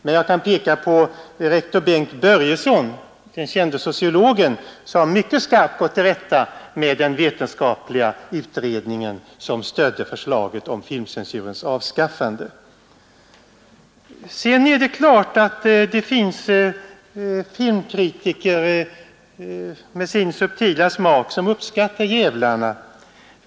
Men jag kan peka på rektor Bengt Börjeson, den kände sociologen, som skarpt gått till rätta med den vetenskapliga utredning som stödde förslaget om filmcensurens avskaffande. Nr 62 Sedan är det klart att det finns filmkritiker som med sin subtila smak Torsdagen den uppskattar filmen ”Djävlarna”.